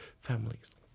families